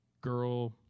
girl